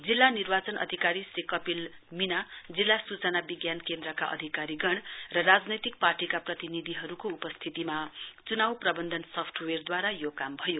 जिल्ला निर्वाचन अधिकारी श्री कपिल मीणा जिल्ला सुचना विज्ञान केन्द्रका अधिकारीगण र राजनैतिक पार्टीका प्रतिनिधिहरुको अपस्थितीमा चुनाउ प्रवन्धन सफ्टेवेयरदूवारा यो काम भयो